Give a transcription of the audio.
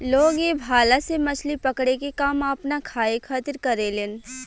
लोग ए भाला से मछली पकड़े के काम आपना खाए खातिर करेलेन